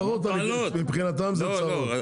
צרות, מבחינתם זה צרות.